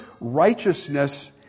righteousness